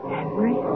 Henry